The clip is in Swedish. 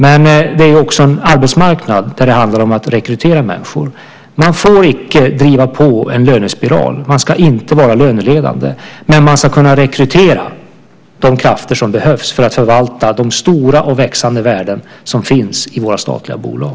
Men det finns också en arbetsmarknad där det handlar om att rekrytera människor. Man får icke driva på en lönespiral. Man ska inte vara löneledande, men man ska kunna rekrytera de krafter som behövs för att förvalta de stora och växande värden som finns i våra statliga bolag.